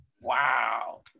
Wow